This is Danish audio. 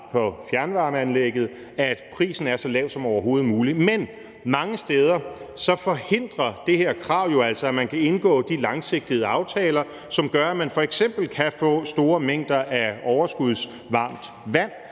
på fjernvarmeanlægget, at prisen er så lav som overhovedet muligt, men mange steder forhindrer det her krav jo altså, at man kan indgå de langsigtede aftaler, som gør, at man f.eks. kan få store mængder af overskudsvarmt vand